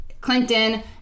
Clinton